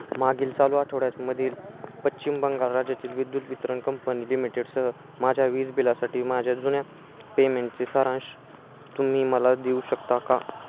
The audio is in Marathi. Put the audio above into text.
मागील चालू आठवड्यामधील पश्चिम बंगाल राज्यातील विद्युत वितरण कंपनी लिमिटेडसह माझ्या वीज बिलासाठी माझ्या जुन्या पेमेंटचे सारांश तुम्ही मला देऊ शकता का